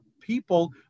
people